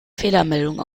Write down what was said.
fehlermeldung